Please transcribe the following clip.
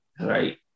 Right